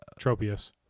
Tropius